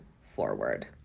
forward